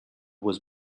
was